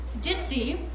ditzy